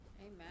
Amen